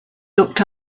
looked